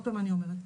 עוד פעם אני אומרת,